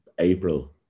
April